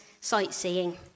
sightseeing